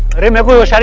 remember. in